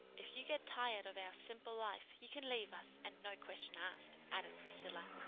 if you get tired of our simple life you can leave us, and no questions asked, added priscilla.